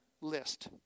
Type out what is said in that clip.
list